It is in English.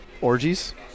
Orgies